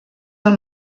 del